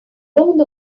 land